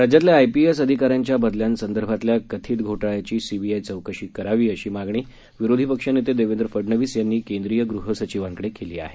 राज्यातल्या आयपीएस अधिकाऱ्यांच्या बदल्यांसंदर्भातल्या कथित घोटाळ्याची सीबीआय चौकशी करावी अशी मागणी विरोधी पक्षनेते देवेंद्र फडनवीस यांनी केंद्रीय गृहसचिवांकडे केली आहे